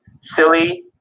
Silly